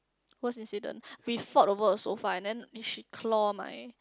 worst incident we fought over a sofa and then she claw my